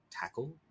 tackle